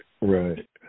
right